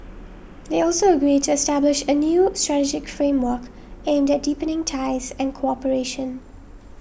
they also agreed to establish a new strategic framework aimed at deepening ties and cooperation